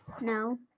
No